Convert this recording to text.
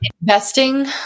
investing